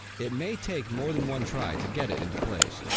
it may take more than one try to get it into place.